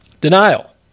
Denial